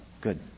good